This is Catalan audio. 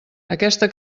aquesta